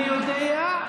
אני יודע,